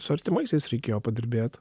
su artimaisiais reikėjo padirbėt